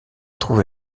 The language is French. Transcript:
trouvé